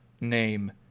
name